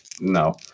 No